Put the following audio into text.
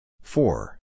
Four